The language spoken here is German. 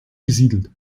besiedelt